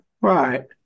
right